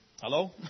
Hello